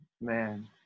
Man